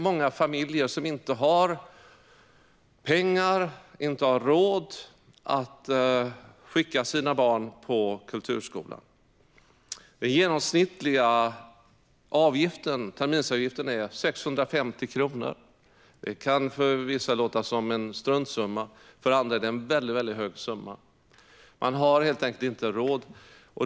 Många familjer har inte pengar och har därmed inte råd att skicka sina barn till kulturskolan. Den genomsnittliga terminsavgiften är 650 kronor. Det kan för vissa låta som en struntsumma, men för andra är det en mycket hög summa. De har helt enkelt inte råd.